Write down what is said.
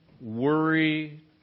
worry